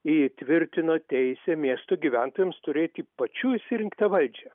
įtvirtino teisę miestų gyventojams turėti pačių išsirinktą valdžią